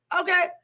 Okay